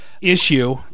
issue